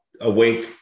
away